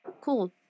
cool